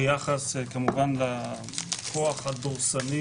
ביחס לכוח הדורסני